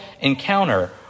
encounter